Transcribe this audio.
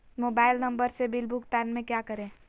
Mobile number से bill भुगतान में क्या करें?